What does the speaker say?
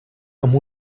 amb